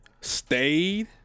Stayed